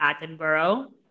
Attenborough